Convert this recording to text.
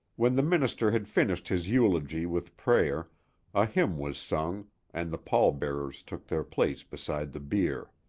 when the minister had finished his eulogy with prayer a hymn was sung and the pall-bearers took their places beside the bier.